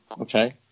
Okay